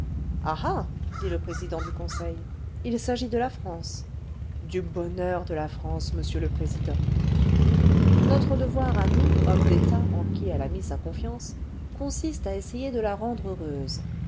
dit le président du conseil il s'agit de la france du bonheur de la france monsieur le président notre devoir à nous hommes d'état en qui elle a mis sa confiance consiste à essayer de la rendre heureuse